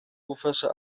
gufasha